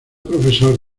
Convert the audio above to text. profesor